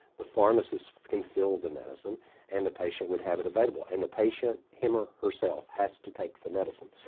the pharmacist can fill the medicine and the patient would have it available. and the patient him or herself has to take the medicine.